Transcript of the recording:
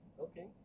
Okay